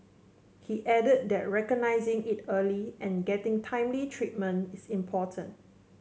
he added that recognising it early and getting timely treatment is important